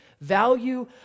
Value